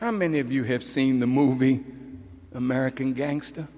how many of you have seen the movie american gangster